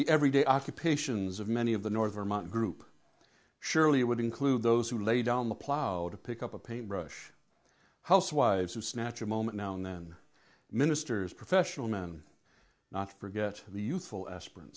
the everyday occupations of many of the north or mount group surely it would include those who lay down the plough to pick up a paint brush housewives of snatch a moment now and then ministers professional men not forget the youthful aspir